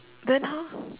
then how